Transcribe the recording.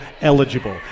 eligible